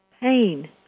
pain